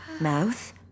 mouth